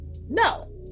No